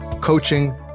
Coaching